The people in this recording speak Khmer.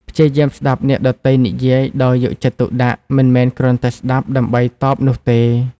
ព្យាយាមស្តាប់អ្នកដទៃនិយាយដោយយកចិត្តទុកដាក់ មិនមែនគ្រាន់តែស្តាប់ដើម្បីតបនោះទេ។